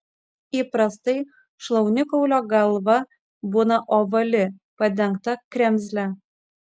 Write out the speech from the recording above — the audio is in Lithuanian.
įprastai šlaunikaulio galva būna ovali padengta kremzle